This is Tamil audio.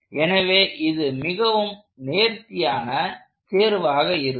எனவே இது மிகவும் நேர்த்தியான தேர்வாக இருக்கும்